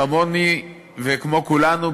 כמוני וכמו כולנו,